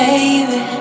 Baby